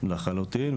לחלוטין.